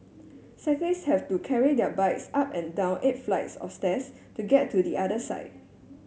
cyclists have to carry their bikes up and down eight flights of stairs to get to the other side